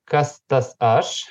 kas tas aš